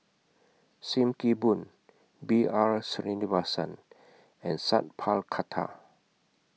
SIM Kee Boon B R Sreenivasan and Sat Pal Khattar